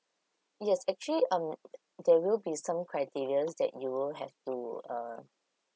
yes actually um there will some criteria that you will have to uh